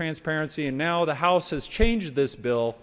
transparency and now the house has changed this bill